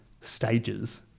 stages